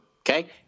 Okay